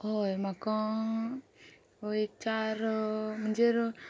हय म्हाका एक चार म्हणजे